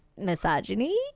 misogyny